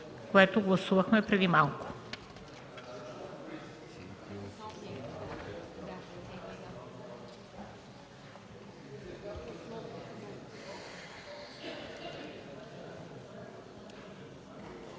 което гласувахме преди малко.